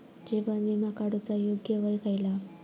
जीवन विमा काडूचा योग्य वय खयला?